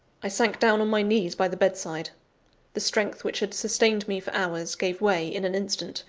i sank down on my knees by the bedside the strength which had sustained me for hours, gave way in an instant,